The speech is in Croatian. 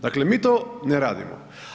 Dakle, mi to ne radimo.